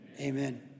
amen